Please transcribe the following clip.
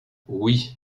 oui